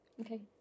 Okay